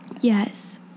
Yes